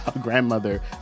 grandmother